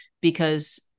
because-